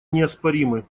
неоспоримы